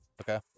Okay